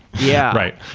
yeah right.